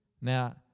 Now